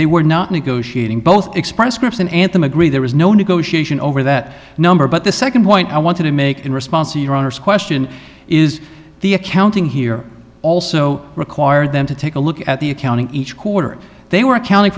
they were not negotiating both express scripts and anthem agree there was no negotiation over that number but the second point i wanted to make in response to your honor's question is the accounting here also require them to take a look at the accounting each quarter they were accounting